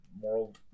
moral